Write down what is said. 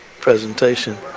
presentation